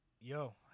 Yo